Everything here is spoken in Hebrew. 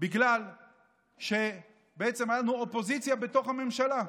בגלל שבעצם יש לנו אופוזיציה בתוך הממשלה.